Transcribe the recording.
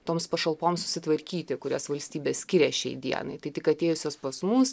toms pašalpoms susitvarkyti kurias valstybė skiria šiai dienai tai tik atėjusios pas mus